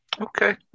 okay